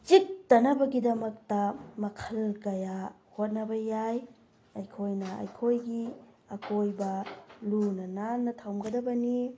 ꯆꯤꯛꯇꯅꯕꯒꯤꯗꯃꯛꯇ ꯃꯈꯜ ꯀꯌꯥ ꯍꯣꯠꯅꯕ ꯌꯥꯏ ꯑꯩꯈꯣꯏꯅ ꯑꯩꯈꯣꯏꯒꯤ ꯑꯀꯣꯏꯕ ꯂꯨꯅ ꯅꯥꯟꯅ ꯊꯝꯒꯗꯕꯅꯤ